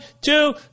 two